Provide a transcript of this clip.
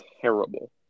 terrible